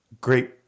Great